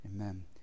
Amen